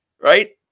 right